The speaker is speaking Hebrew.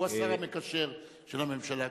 הוא השר המקשר של הממשלה כולה.